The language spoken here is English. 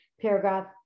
Paragraph